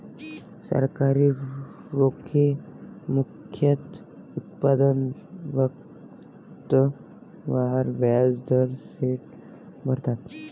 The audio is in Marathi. सरकारी रोखे मुख्यतः उत्पन्न वक्र वर व्याज दर सेट करतात